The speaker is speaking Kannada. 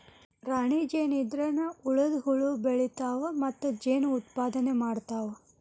ರಾಣಿ ಜೇನ ಇದ್ರನ ಉಳದ ಹುಳು ಬೆಳಿತಾವ ಮತ್ತ ಜೇನ ಉತ್ಪಾದನೆ ಮಾಡ್ತಾವ